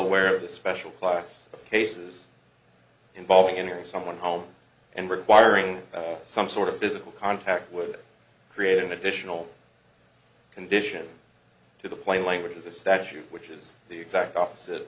aware of the special class of cases involving entering someone home and requiring some sort of physical contact would create an additional condition to the plain language of the statute which is the exact opposite